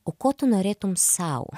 o ko tu norėtum sau